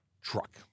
truck